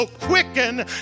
quicken